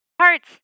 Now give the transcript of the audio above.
hearts